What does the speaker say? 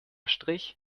strich